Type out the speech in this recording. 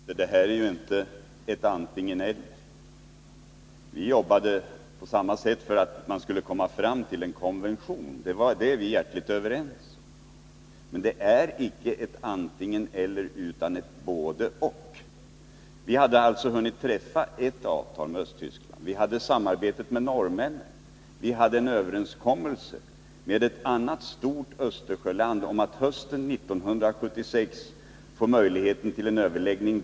Herr talman! Här rör det sig inte om ett antingen-eller. Vi socialdemokrater jobbade på samma sätt för att man skulle komma fram till en konvention. På den punkten är jordbruksministern och jag helt överens. Men det gäller icke ett antingen-eller utan ett både-och. Vi hade alltså hunnit träffa ett avtal, med Östtyskland. Vi hade samarbetet med norrmännen. Vi hade en överenskommelse med ett annat stort Östersjöland om att hösten 1976 få möjlighet till en överläggning.